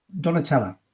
donatella